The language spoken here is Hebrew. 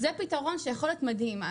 זה פתרון שיכול להיות מדהים.